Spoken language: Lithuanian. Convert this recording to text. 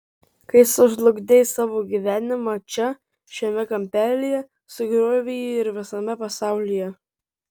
kai sužlugdei savo gyvenimą čia šiame kampelyje sugriovei jį ir visame pasaulyje